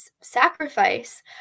sacrifice